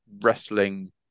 wrestling